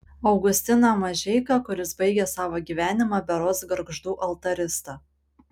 augustiną mažeiką kuris baigė savo gyvenimą berods gargždų altarista